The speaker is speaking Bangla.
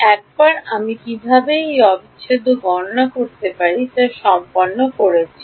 একবার আমি কীভাবে এই অবিচ্ছেদ্য গণনা করতে পারি তা আমি সম্পন্ন করেছি